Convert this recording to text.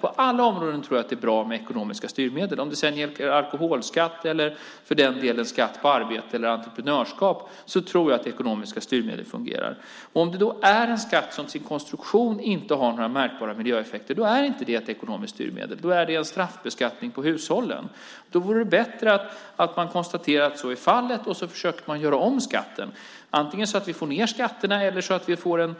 På alla områden tror jag att det är bra med ekonomiska styrmedel. Om det sedan gäller alkoholskatt eller för den delen skatt på arbete eller entreprenörskap tror jag att ekonomiska styrmedel fungerar. Om det är en skatt som till sin konstruktion är sådan att den inte har några märkbara miljöeffekter då är det inte ett ekonomiskt styrmedel, då är det en straffbeskattning av hushållen. Då vore det bättre att konstatera att så är fallet och försöka göra om skatten antingen så att vi får ned skatterna eller så att vi får